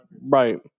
Right